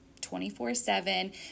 24-7